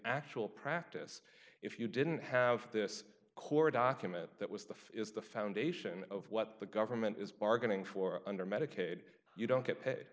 actual practice if you didn't have this core document that was the is the foundation of what the government is bargaining for under medicaid you don't get